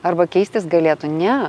arba keistis galėtų ne